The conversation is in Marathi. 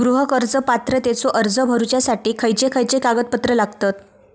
गृह कर्ज पात्रतेचो अर्ज भरुच्यासाठी खयचे खयचे कागदपत्र लागतत?